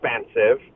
expensive